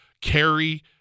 carry